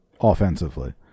offensively